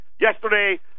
Yesterday